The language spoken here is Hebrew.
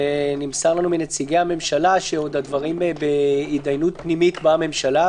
ונמסר לנו מנציגי הממשלה שהדברים עדיין בהתדיינות פנימית בממשלה,